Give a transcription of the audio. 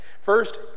First